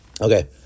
Okay